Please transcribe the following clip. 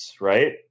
right